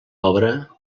obra